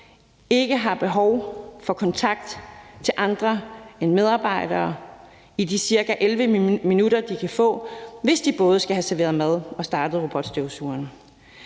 ikke har behov for kontakt til andre end medarbejdere i de ca. 11 minutter, de kan få, hvis de både skal have serveret mad og startet robotstøvsugeren.